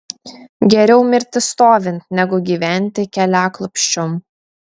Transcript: geriau mirti stovint negu gyventi keliaklupsčiom